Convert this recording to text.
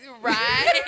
Right